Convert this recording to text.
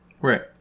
Right